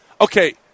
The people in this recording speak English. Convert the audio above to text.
okay